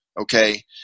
Okay